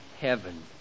heaven